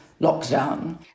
lockdown